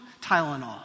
Tylenol